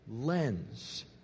lens